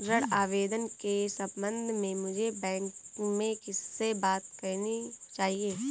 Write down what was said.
ऋण आवेदन के संबंध में मुझे बैंक में किससे बात करनी चाहिए?